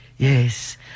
Yes